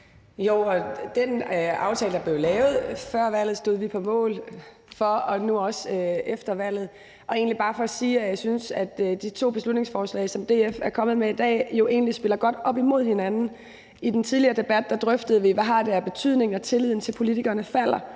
(KF): Den aftale, der blev lavet før valget, stod vi på mål for, og nu også efter valget. Og det er egentlig bare for at sige, at jeg synes, at de to beslutningsforslag, som DF er kommet med i dag, jo egentlig spiller godt op imod hinanden. I den tidligere debat drøftede vi, hvad det har som årsag, at tilliden til politikerne falder,